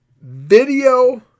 video